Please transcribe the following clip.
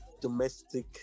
domestic